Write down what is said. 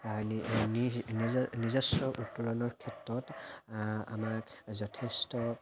নিজ নিজস্ব উত্তৰণৰ ক্ষেত্ৰত আমাক যথেষ্ট